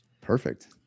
Perfect